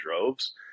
droves